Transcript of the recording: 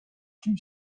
kim